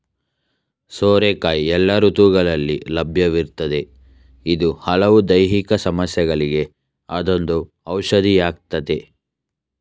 ಸೋರೆಕಾಯಿ ಎಲ್ಲ ಋತುಗಳಲ್ಲಿ ಲಭ್ಯವಿರ್ತದೆ ಇದು ಹಲವು ದೈಹಿಕ ಸಮಸ್ಯೆಗಳಿಗೆ ಅದೊಂದು ಔಷಧಿಯಾಗಯ್ತೆ